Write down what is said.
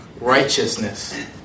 righteousness